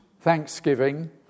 thanksgiving